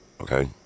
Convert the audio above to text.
okay